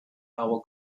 our